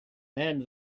and